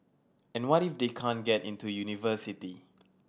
and what if they can't get into university